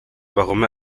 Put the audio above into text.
warum